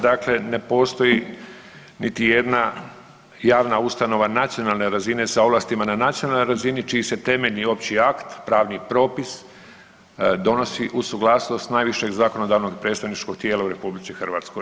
Dakle ne postoji niti jedna javna ustanova nacionalne razine sa ovlastima na nacionalnoj razini čiji se temeljni opći akt, pravni propis donosi uz suglasnost najvišeg zakonodavnog i predstavničkog tijela u RH.